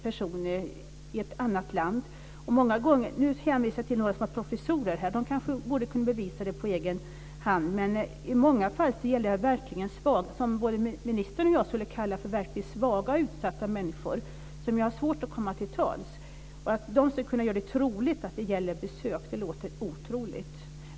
Jag talade tidigare om ett par professorer. De hade kanske kunnat bevisa att det gällde ett besök, men i många fall handlar det om det som både ministern och jag skulle kalla för både svaga och utsatta människor som har svårt att komma till tals. Att de skulle kunna göra det troligt att det rör sig om ett besök låter osannolikt.